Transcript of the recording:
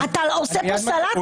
אתה עושה פה סלט, היושב-ראש.